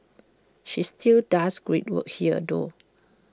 she still does great work here though